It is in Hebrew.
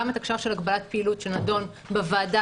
גם התקש"ח של הגבלת הפעילות שנדון בוועדת